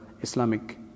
Islamic